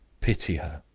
pity her,